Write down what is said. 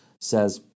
says